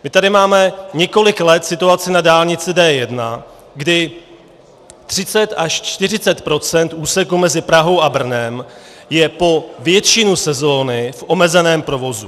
My tady máme několik let situaci na dálnici D1, kdy 30 až 40 % úseků mezi Prahou a Brnem je po většinu sezóny v omezeném provozu.